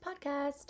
podcast